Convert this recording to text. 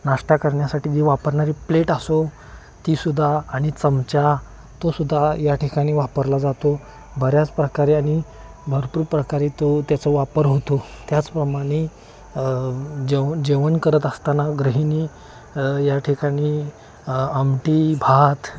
नाश्ता करण्यासाठी जी वापरणारी प्लेट असो तीसुद्धा आणि चमचा तोसुद्धा या ठिकाणी वापरला जातो बऱ्याच प्रकारे आणि भरपूर प्रकारे तो त्याचा वापर होतो त्याचप्रमाणे जेव जेवण करत असताना गृहिणी या ठिकाणी आमटी भात